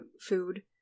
food